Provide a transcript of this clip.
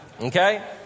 Okay